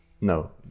No